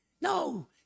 No